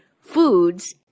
foods